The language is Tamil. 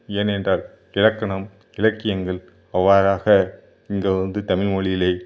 ஏன் என்றால் இலக்கணம் இலக்கியங்கள் அவ்வாறாக இங்கே வந்து தமிழ் மொழியிலே